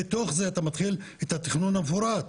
מתוך זה אתה מתחיל את התכנון המפורט.